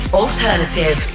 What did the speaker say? alternative